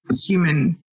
human